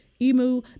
emu